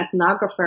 ethnographer